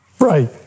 Right